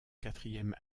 quatrième